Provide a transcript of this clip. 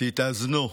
תתאזנו,